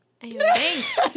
Thanks